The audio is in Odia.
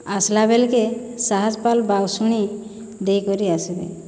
ଆସ୍ଲା ବେଲ୍କେ ସାହାଜ୍ପାଲ୍ ବାଉଶୁଣୀ ଦେଇକରି ଆସ୍ବେ